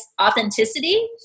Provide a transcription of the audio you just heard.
authenticity